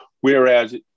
Whereas